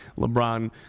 LeBron –